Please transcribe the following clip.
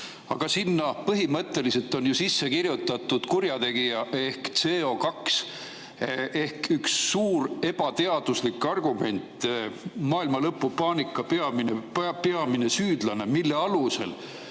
Aga sinna põhimõtteliselt on ju sisse kirjutatud kurjategija ehk CO2– üks suur ebateaduslik argument, maailmalõpupaanika peamine süüdlane, mille alusel